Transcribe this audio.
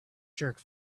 jerk